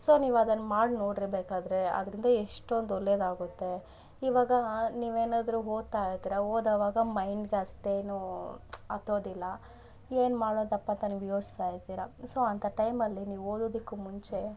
so ನೀವು ಅದನ್ನು ಮಾಡಿ ನೋಡ್ರಿ ಬೇಕಾದರೆ ಅದರಿಂದ ಎಷ್ಟೊಂದು ಒಳ್ಳೆದಾಗುತ್ತೆ ಇವಾಗ ನೀವೇನಾದರು ಓದ್ತಾಯಿರ್ತಿರಾ ಓದೋವಾಗ ಮೈಂಡ್ಗೆ ಅಷ್ಟೇನು ಹತ್ತೋದಿಲ್ಲ ಏನ್ಮಾಡೋದಪ್ಪ ಅಂತ ನೀವು ಯೋಚಿಸ್ತಾ ಇರ್ತಿರಾ ಸೊ ಅಂಥ ಟೈಮಲ್ಲಿ ನೀವು ಓದೋದಕ್ಕು ಮುಂಚೆ